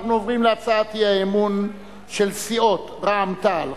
אנחנו עוברים להצעת האי-אמון של סיעות רע"ם-תע"ל,